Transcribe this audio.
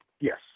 Yes